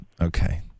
okay